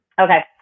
Okay